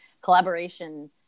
collaboration